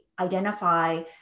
identify